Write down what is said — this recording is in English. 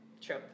true